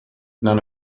none